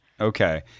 Okay